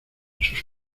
sus